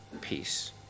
peace